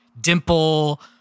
dimple